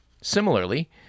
similarly